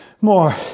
more